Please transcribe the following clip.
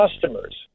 customers